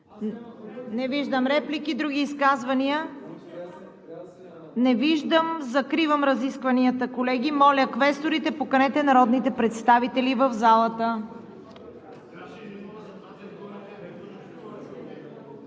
Не виждам. Други изказвания? Не виждам. Закривам разискванията, колеги. Моля, квесторите, поканете народните представители в залата!